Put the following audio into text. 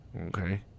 Okay